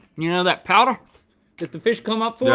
you know that powder that the fish come up for? yeah